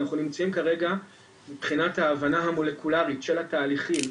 אנחנו נמצאים כרגע מבחינת ההבנה המולקולרית של התהליכים,